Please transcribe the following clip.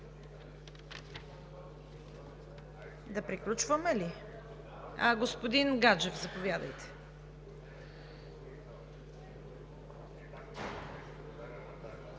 Да приключваме ли? Господин Гаджев, заповядайте.